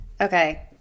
Okay